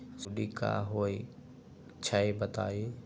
सुडी क होई छई बताई?